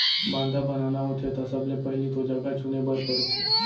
बांधा बनाना होथे त सबले पहिली तो जघा चुने बर परथे